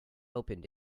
opened